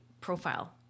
profile